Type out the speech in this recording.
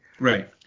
Right